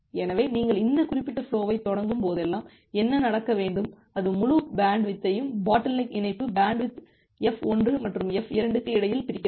எனவே நீங்கள் இந்த குறிப்பிட்ட ஃபுலோவைத் தொடங்கும் போதெல்லாம் என்ன நடக்க வேண்டும் அது முழு பேண்ட்வித்தையும் பாட்டில்நெக் இணைப்பு பேண்ட்வித் F1 மற்றும் F2 க்கு இடையில் பிரிக்கப்படும்